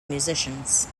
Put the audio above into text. musicians